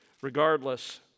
Regardless